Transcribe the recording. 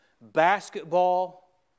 basketball